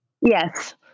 Yes